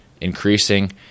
increasing